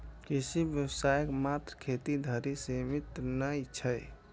कृषि व्यवसाय मात्र खेती धरि सीमित नै छै